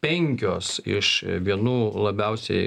penkios iš vienų labiausiai